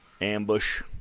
Ambush